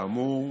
כאמור,